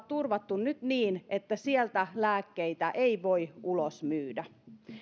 turvattu nyt niin että sieltä lääkkeitä ei voi ulos myydä